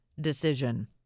decision